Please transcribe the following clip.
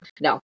no